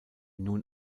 nun